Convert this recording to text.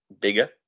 bigger